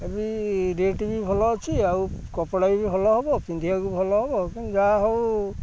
ଏଟାରବି rate ବି ଭଲ ଅଛି ଆଉ କପଡ଼ା ବି ଭଲ ହେବ ପିନ୍ଧିବାକୁ ଭଲ ହେବ ଯାହା ହେଉ